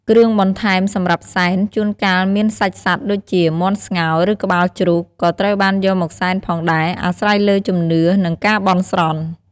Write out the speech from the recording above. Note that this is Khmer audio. គ្រឿងបន្ថែមសម្រាប់សែន ជួនកាលមានសាច់សត្វដូចជា មាន់ស្ងោរ ឬក្បាលជ្រូក ក៏ត្រូវបានយកមកសែនផងដែរ អាស្រ័យលើជំនឿ និងការបន់ស្រន់។